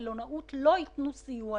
הדבר הזה לא ייתכן, מכמה סיבות.